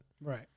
Right